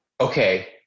Okay